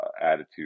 attitude